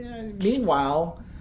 Meanwhile